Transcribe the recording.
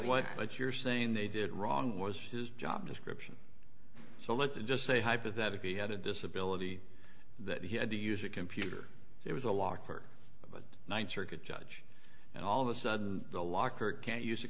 what what you're saying they did wrong was his job description so let's just say hypothetically he had a disability that he had to use a computer it was a locker but th circuit judge and all of a sudden the locker can't use a